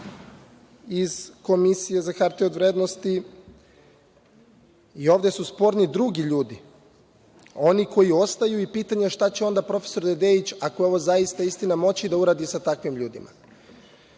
iz Komisije za hartije od vrednosti. Ovde su sporni drugi ljudi, oni koji ostaju. Pitanje je šta će onda profesor Dedeić, ako je ovo zaista istina, moći da uradi sa takvim ljudima? Ono